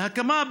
ההקמה,